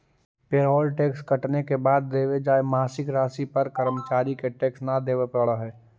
payroll tax कटने के बाद देवे जाए मासिक राशि पर कर्मचारि के टैक्स न देवे पड़ा हई